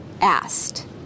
asked